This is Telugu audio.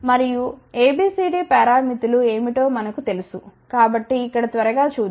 మరియుABCD పారామితులు ఏమిటో మనకు తెలుసు కాబట్టి ఇక్కడ త్వరగా చూద్దాం